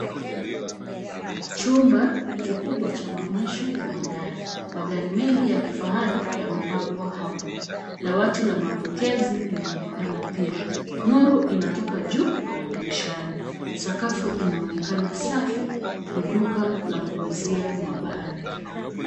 Chumba kikubwa cha maonyesho ya magari. Magari mengi ya kifahari yamepangwa hapa. Dawati la mapokezi linaonekana pia. Nuru inatoka juu na madirishani. Sakafu inaonekana safi. Ni duka la kuuzia magari.